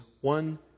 one